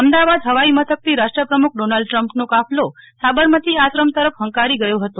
અમદાવાદ હવાઈ મથક થી રાષ્ટ્રપ્રમુખ ડોનાલ્ડ ટ્રમ્પ નો કાફલો સાબરમતી આશ્રમ તરફ હંકારી ગયો હતો